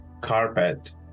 carpet